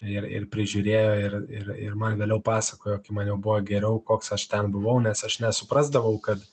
ir ir prižiūrėjo ir ir ir man vėliau pasakojo kai man jau buvo geriau koks aš ten buvau nes aš nesuprasdavau kad